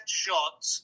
shots